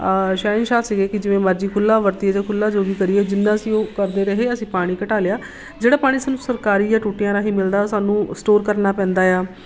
ਸ਼ਹਿਨਸ਼ਾਹ ਸੀਗੇ ਕਿ ਜਿਵੇਂ ਮਰਜ਼ੀ ਖੁੱਲ੍ਹਾ ਵਰਤੀਏ ਜਾਂ ਖੁੱਲ੍ਹਾ ਜੋ ਵੀ ਕਰੀਏ ਜਿੰਨਾ ਅਸੀਂ ਉਹ ਕਰਦੇ ਰਹੇ ਅਸੀਂ ਪਾਣੀ ਘਟਾ ਲਿਆ ਜਿਹੜਾ ਪਾਣੀ ਸਾਨੂੰ ਸਰਕਾਰੀ ਜਾਂ ਟੂਟੀਆਂ ਰਾਹੀ ਮਿਲਦਾ ਸਾਨੂੰ ਸਟੋਰ ਕਰਨਾ ਪੈਂਦਾ ਆ